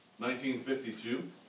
1952